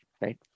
right